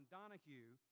Donahue